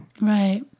Right